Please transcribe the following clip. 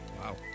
Wow